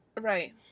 Right